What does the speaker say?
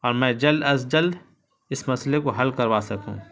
اور میں جلد از جلد اس مسئلے کو حل کروا سکوں